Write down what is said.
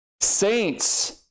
Saints